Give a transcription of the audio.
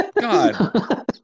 god